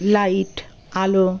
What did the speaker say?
light Alo